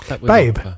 Babe